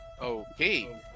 Okay